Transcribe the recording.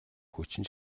хүчин